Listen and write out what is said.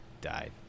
died